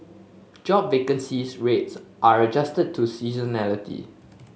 job vacancy rates are adjusted to seasonality